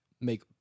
make